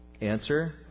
Answer